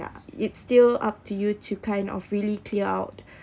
ya it's still up to you to kind of really clear out